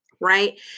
Right